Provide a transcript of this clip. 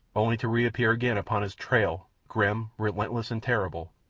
only to reappear again upon his trail grim, relentless, and terrible,